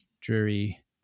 dreary